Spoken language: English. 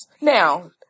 Now